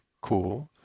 cool